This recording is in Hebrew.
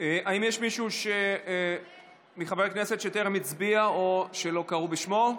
האם יש מישהו מחברי הכנסת שטרם הצביע או שלא קראו בשמו?